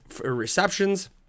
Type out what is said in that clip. receptions